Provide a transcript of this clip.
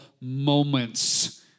moments